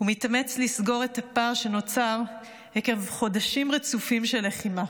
ומתאמץ לסגור את הפער שנוצר עקב חודשים רצופים של לחימה.